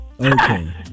Okay